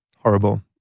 Horrible